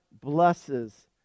blesses